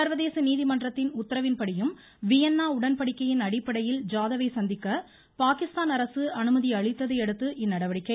சர்வதேச நீதிமன்றத்தின் உத்தரவின்படியும் வியன்னா உடன்படிக்கையின் அடிப்படையில் ஜாதவை சந்திக்க பாகிஸ்தான் அரசு அனுமதி அளித்ததையடுத்து இந்நடவடிக்கை